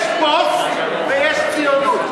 יש פוסט ויש ציונות.